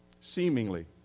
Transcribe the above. Seemingly